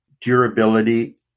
durability